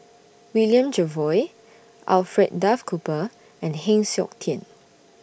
William Jervois Alfred Duff Cooper and Heng Siok Tian